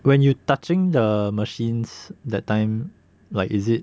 when you touching the machines that time like is it